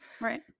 Right